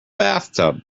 bathtub